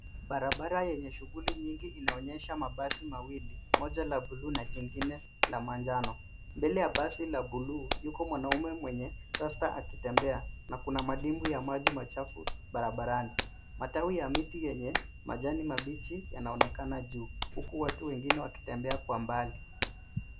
Barabara yenye shuguli nyingi inaonyesha mabasi mawili, moja la buluu na jingine la manjano, mbele ya basi la buluu, yuko mwanaume mwenye posta akitembea na kuna madimbwi ya maji machafu barabarani, matawi ya miti yenye majani mabichi yanaonekana juu huku watu wengine wakitembea kwa mbali.